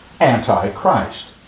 Antichrist